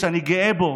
שאני גאה בו,